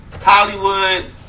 Hollywood